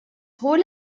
هول